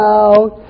out